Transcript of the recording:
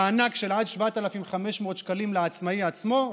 מענק של עד 7,500 שקלים חודש לעצמאי עצמו,